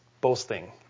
boasting